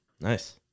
Nice